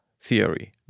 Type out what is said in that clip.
theory